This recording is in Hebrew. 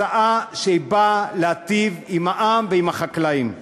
הצעה שבאה להיטיב עם העם ועם החקלאים.